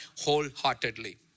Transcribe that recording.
wholeheartedly